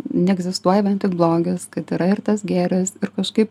neegzistuoja vien tik blogis kad yra ir tas gėris ir kažkaip